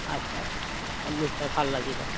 আচ্ছা নিশ্চয় ভাল লাগিব